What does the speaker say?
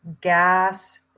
gas